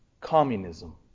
communism